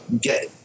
get